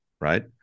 Right